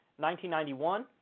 1991